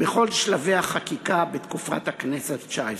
בכל שלבי החקיקה בתקופת הכנסת התשע-עשרה.